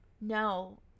no